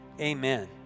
Amen